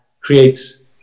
creates